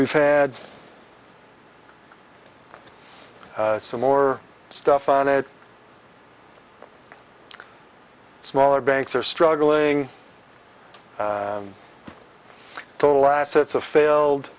we've had some more stuff on it smaller banks are struggling total assets of failed